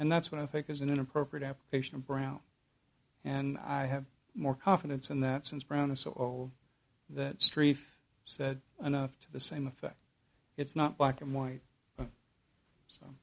and that's what i think is an inappropriate application of brown and i have more confidence in that since brown this or that street said enough to the same effect it's not black and white